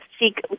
seek